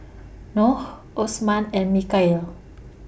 Noh Osman and Mikhail